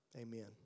Amen